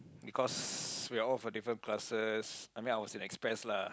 because we were all from different classes I mean I was in express lah